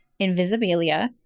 Invisibilia